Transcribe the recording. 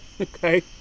Okay